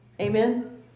Amen